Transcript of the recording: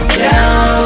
down